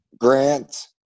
Grant